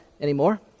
Anymore